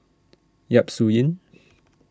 Yap Su Yin